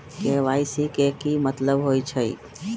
KYC के कि मतलब होइछइ?